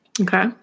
Okay